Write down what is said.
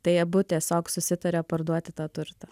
tai abu tiesiog susitaria parduoti tą turtą